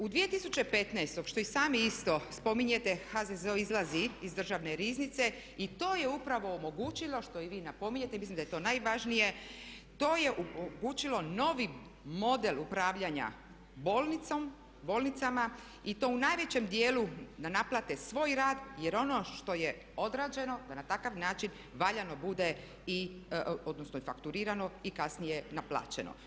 U 2015. što i sami isto spominjete HZZO izlazi iz Državne riznice i to je upravo omogućilo, što i vi napominjete i mislim da je to najvažnije, to je omogućilo novi model upravljanja bolnicama i to u najvećem dijelu da naplate svoj rad jer ono što je odrađeno da na takav način valjano bude i fakturirano i kasnije naplaćeno.